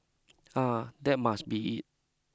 ah that must be it